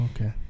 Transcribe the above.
okay